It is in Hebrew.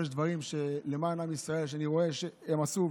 אבל יש דברים למען עם ישראל שאני רואה שהם עשו,